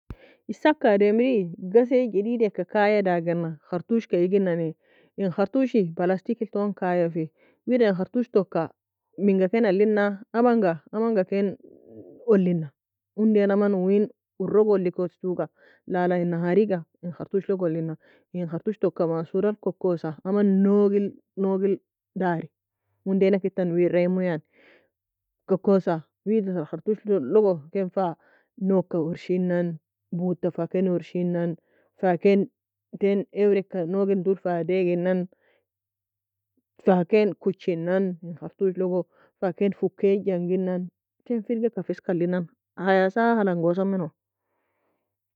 Isaka ademri ghasie jedideka kayia dagina khartushka igina, in خرطوش يلاستيك elton kayiafi, wida in khartushtoka, minga ken alina? Amanga amanga ken ollina, undan aman uien uorrog ollikesoga لا لا in nahariga in khartushlog ollina, in khartushtoka masural kokosa aman nougil nougil dari, undi nakitan weiraimu yan, kokosa wida ter khartushlogo ken fa nougka urshinan, boudta fa ken urshinan, fa ken ten ewreka nogin toul fa daeginan, fa ken kochinan in khartushlogo, faken fukei janginan ten firgika fe eska alinan, حياة sahalengosa meno.